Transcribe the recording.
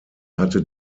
hatte